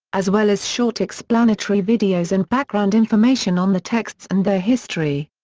as well as short explanatory videos and background information on the texts and their history.